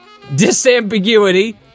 disambiguity